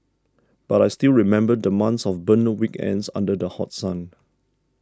but I still remember the months of burnt weekends under the hot sun